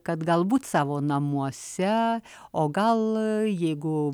kad galbūt savo namuose o gal jeigu